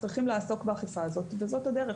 הם צריכים לעסוק באכיפה וזאת הדרך.